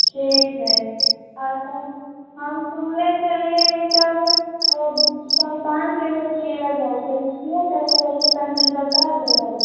ठीक छै आओर सब हम सुनले छलिए ईसब सन्तानके लेल कएल जाइ छै किएक करल जाइ छै तनिके बता देबे